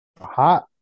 hot